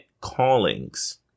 Callings